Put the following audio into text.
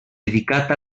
dedicat